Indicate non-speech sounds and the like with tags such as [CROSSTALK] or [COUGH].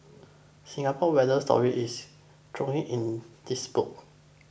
Singapore water story is [UNINTELLIGIBLE] in this book